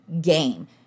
game